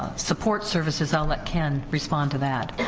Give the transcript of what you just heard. support services, i'll let ken respond to that.